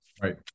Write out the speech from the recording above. Right